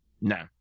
no